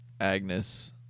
Agnes